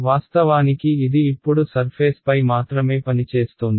వాస్తవానికి ఇది ఇప్పుడు సర్ఫేస్పై మాత్రమే పనిచేస్తోంది